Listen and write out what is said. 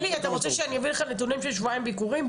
אביא לך נתונים של שבועיים ביקורים?